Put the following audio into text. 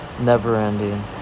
never-ending